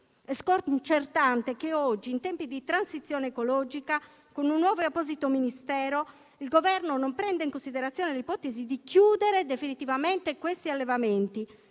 È sconcertante che oggi, in tempi di transizione ecologica, con un nuovo e apposito Ministero, il Governo non prenda in considerazione l'ipotesi di chiudere definitivamente questi allevamenti,